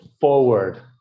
forward